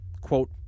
quote